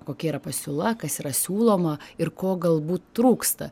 kokia yra pasiūla kas yra siūloma ir ko galbūt trūksta